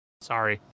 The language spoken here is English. Sorry